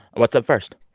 what's up first?